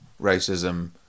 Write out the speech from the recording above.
racism